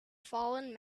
fallen